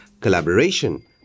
collaboration